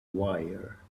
wire